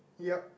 yup